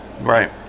right